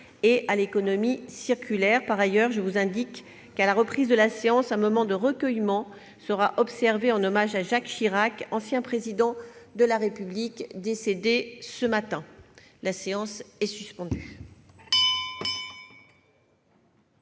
et à l'économie circulaire. Je vous indique également que, à la reprise de la séance, un moment de recueillement sera observé en hommage à Jacques Chirac, ancien président de la République, décédé ce matin. La séance est suspendue.